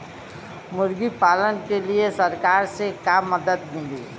मुर्गी पालन के लीए सरकार से का मदद मिली?